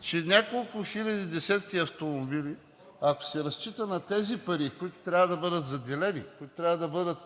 че няколко хиляди десетки автомобила, ако се разчита на тези пари, които трябва да бъдат заделени, които трябва да бъдат